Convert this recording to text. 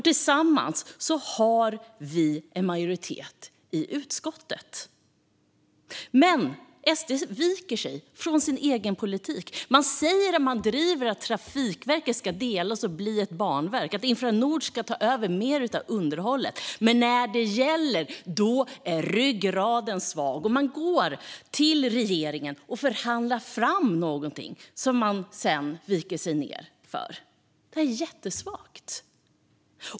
Tillsammans har vi en majoritet i utskottet. Men SD viker sig från sin egen politik. Man säger att man driver att Trafikverket ska delas och bli ett banverk och att Infranord ska ta över mer underhåll. Men när det gäller, då är ryggraden svag, och man går till regeringen och förhandlar fram något som man sedan viker sig för. Det är jättesvagt!